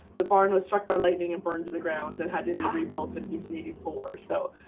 the barn was struck by lightning and burned to the ground and had to be rebuilt in eighty in eighty four. so